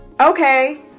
okay